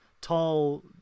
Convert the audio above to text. Tall